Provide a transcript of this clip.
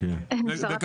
שרת הבריאות לשעבר.